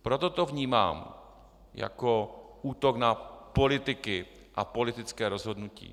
Proto to vnímám jako útok na politiky a politické rozhodnutí.